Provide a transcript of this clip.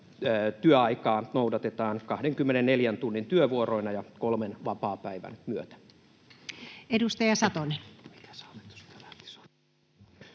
noudatetaan 24 tunnin työvuoroina ja kolmen vapaapäivän myötä. Edustaja Satonen.